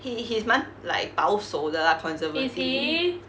he he is 蛮 like 保守的啦 conservative